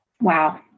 Wow